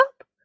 up